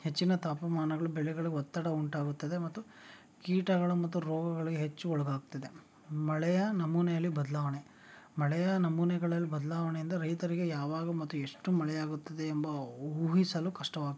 ಹೆಚ್ಚಿನ ತಾಪಮಾನಗಳು ಬೆಳೆಗಳು ಒತ್ತಡ ಉಂಟಾಗುತ್ತದೆ ಮತ್ತು ಕೀಟಗಳು ಮತ್ತು ರೋಗಗಳು ಹೆಚ್ಚು ಒಳಗಾಗ್ತದೆ ಮಳೆಯ ನಮೂನೆಯಲ್ಲಿ ಬದಲಾವಣೆ ಮಳೆಯ ನಮೂನೆಗಳಲ್ಲಿ ಬದಲಾವಣೆಯಿಂದ ರೈತರಿಗೆ ಯಾವಾಗ ಮತ್ತು ಎಷ್ಟು ಮಳೆಯಾಗುತ್ತದೆ ಎಂಬ ಊಹಿಸಲು ಕಷ್ಟವಾಗ್ತಿದೆ